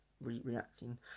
reacting